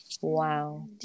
Wow